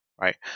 right